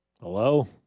Hello